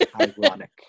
Ironic